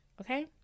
okay